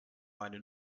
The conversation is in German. meine